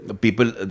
people